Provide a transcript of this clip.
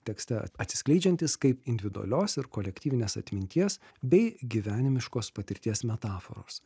tekste atsiskleidžiantys kaip individualios ir kolektyvinės atminties bei gyvenimiškos patirties metaforos